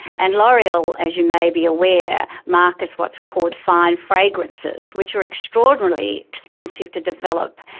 and l'oreal as you may be aware, markets what's called fine fragrances which are extraordinarily expensive to develop,